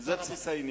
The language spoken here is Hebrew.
וזה בסיס העניין.